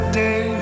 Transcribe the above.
day